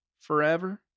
Forever